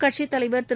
கட்சித்தலைவர் திரு